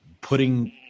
putting